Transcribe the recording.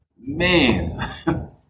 Man